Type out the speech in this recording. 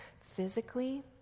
physically